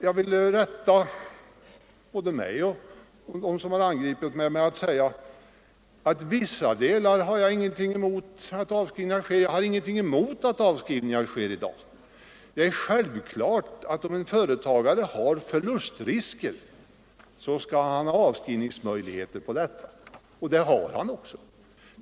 Jag vill rätta både mig och den som har angripit mig med att säga att jag inte har någonting emot att avskrivningar i dag sker i vissa fall. Om en företagare har förlustrisk är det självklart att han också skall ha avskrivningsmöjligheter — och det har han också.